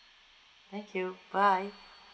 thank you bye